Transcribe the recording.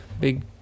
big